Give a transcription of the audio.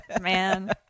man